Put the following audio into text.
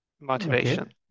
motivation